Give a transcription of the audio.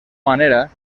manera